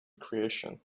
creation